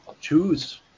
choose